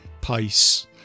pace